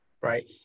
right